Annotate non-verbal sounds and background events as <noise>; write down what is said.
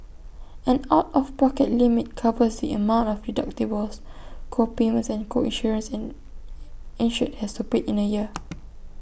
an out of pocket limit covers the amount of deductibles co payments and co insurance an insured has to pay in A year <noise>